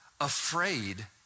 afraid